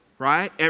Right